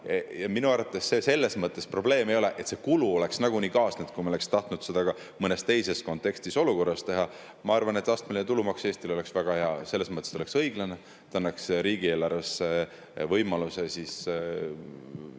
Ja minu arvates selles mõttes probleemi ei ole. See kulu oleks nagunii kaasnenud, kui me oleks tahtnud seda ka mõnes teises kontekstis ja olukorras teha. Ma arvan, et astmeline tulumaks Eestile oleks väga hea selles mõttes, et [see] oleks õiglane, ta annaks võimaluse